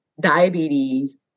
diabetes